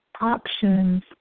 options